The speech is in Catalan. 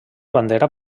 bandera